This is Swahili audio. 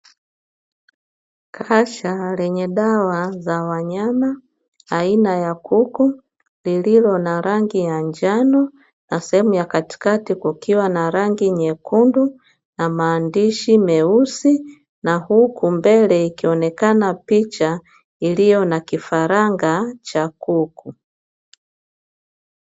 Kasha lenye dawa za wanyama aina ya kuku lililo na rangi ya njano, na sehemu ya katikati kukiwa na rangi nyekundu na maandishi meusi na huku mbele ikionekana picha iliyo na kifaranga cha kuku.